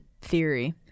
theory